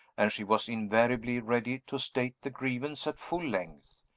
and she was invariably ready to state the grievance at full length.